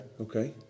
okay